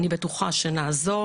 אני בטוחה שנעזור